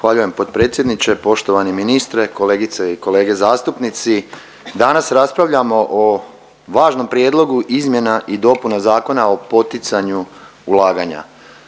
Zahvaljujem potpredsjedniče, poštovani ministre, kolegice i kolege zastupnici. Danas raspravljamo o važnom prijedlogu izmjena i dopuna Zakona o poticanju ulaganja.